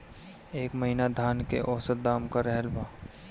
एह महीना धान के औसत दाम का रहल बा?